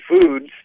Foods